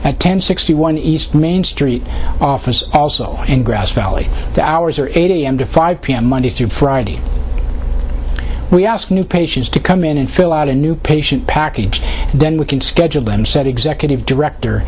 at ten sixty one east main street office also in grass valley the hours are eight am to five pm monday through friday we ask new patients to come in and fill out a new patient package then we can schedule them said executive director